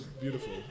beautiful